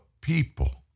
people